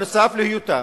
נוסף על היותה,